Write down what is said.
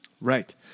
right